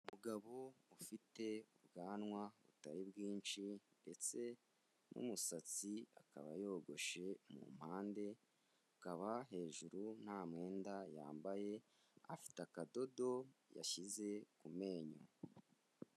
Umugabo ufite ubwanwa butari bwinshi ndetse n'umusatsi akaba yogoshe mu mpande, akaba hejuru nta mwenda yambaye, afite akadodo yashyize ku menyo.